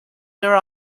their